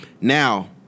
Now